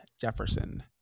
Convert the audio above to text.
Jefferson